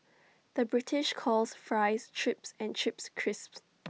the British calls Fries Chips and Chips Crisps